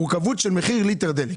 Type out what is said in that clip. המורכבות של מחיר ליטר דלק.